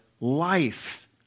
life